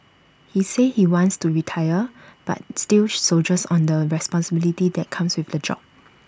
he says he wants to retire but still soldiers on the responsibility that comes with the job